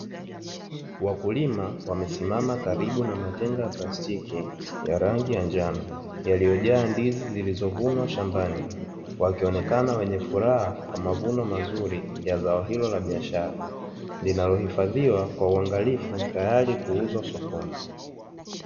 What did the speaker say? Wakulima wamesimama karibu na matenga ya plastiki ya rangi ya njano, yaliyojaa ndizi zilizovunwa shambani wakionekana wenye furaha kwa mavuno mazuri ya zao hilo biashara linalohifadhiwa kwa uangalifu tayari kuuzwa sokoni.